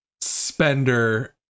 spender